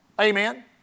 Amen